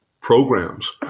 programs